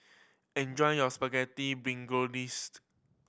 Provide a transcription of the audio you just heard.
enjoy your Spaghetti